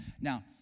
Now